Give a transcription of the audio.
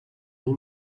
duu